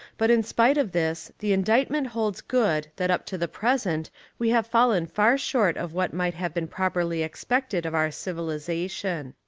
but in spite of this, the indictment holds good that up to the present we have fallen far short of what might have been properly expected of our civilisation.